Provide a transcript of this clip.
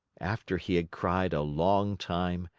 after he had cried a long time,